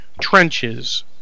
Trenches